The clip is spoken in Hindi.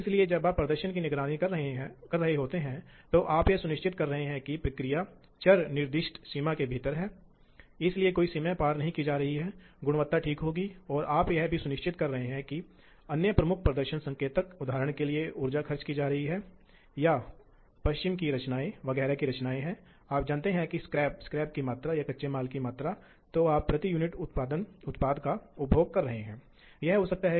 इसलिए जब आप सीएनसी मशीनों को आमतौर पर एक नंबर के आधार पर चित्रित या वर्गीकृत करते हैं तो आप सुविधाओं को जानते हैं इसलिए उनमें से कुछ का उल्लेख यहां किया जा रहा है इसलिए आपके पास आप नियंत्रित अक्ष की संख्या जानते हैं इसलिए 2 या 4 और इतने पर एक ही मशीन में एक हो सकता है कई नियंत्रित अक्ष हो सकते हैं